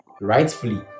rightfully